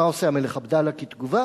מה עושה המלך עבדאללה כתגובה?